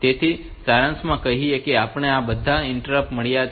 તેથી સારાંશમાં કહીએ તો આપણને આ બધા ઇન્ટરપ્ટ મળ્યા છે